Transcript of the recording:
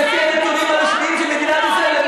כי לפי הנתונים הרשמיים של מדינת ישראל,